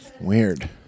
Weird